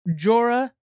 Jorah